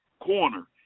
corner